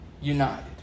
united